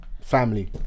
family